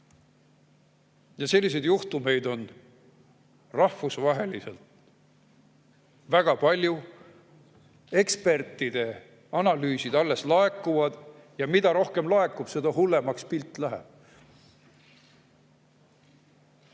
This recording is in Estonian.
Selliseid juhtumeid on rahvusvaheliselt väga palju. Ekspertide analüüsid alles laekuvad ja mida rohkem laekub, seda hullemaks pilt läheb.